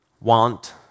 want